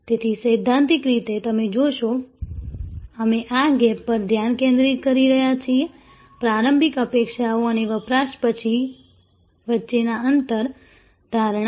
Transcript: તેથી સૈદ્ધાંતિક રીતે તમે જોશો અમે આ ગેપ પર ધ્યાન કેન્દ્રિત કરી રહ્યા છીએ પ્રારંભિક અપેક્ષાઓ અને વપરાશ પછી વચ્ચેના અંતર ધારણા